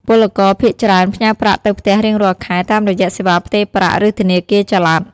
ពលករភាគច្រើនផ្ញើប្រាក់ទៅផ្ទះរៀងរាល់ខែ តាមរយៈសេវាផ្ទេរប្រាក់ ឬធនាគារចល័ត។